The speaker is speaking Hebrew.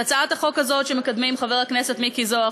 הצעת החוק הזאת שמקדמים חבר הכנסת מיקי זוהר,